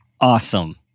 Awesome